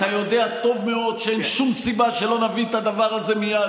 אתה יודע טוב מאוד שאין שום סיבה שלא נביא את הדבר הזה מייד.